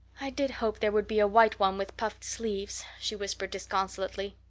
i did hope there would be a white one with puffed sleeves, she whispered disconsolately.